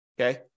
okay